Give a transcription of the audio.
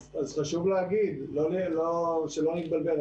אז חשוב להגיד, שלא נתבלבל.